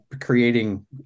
creating